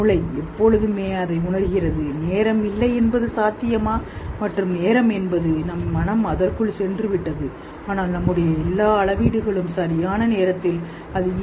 மூளை எப்போதுமே அதை உணர்கிறது நேரம் இல்லை என்பது சாத்தியமா மற்றும் நேரம் என்பது நம் மனம் அதற்குள் சென்றுவிட்டது ஆனால் நம்முடைய எல்லா அளவீடுகளும் சரியான நேரத்தில் அது ஈ